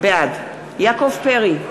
בעד יעקב פרי,